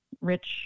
rich